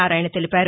నారాయణ తెలిపారు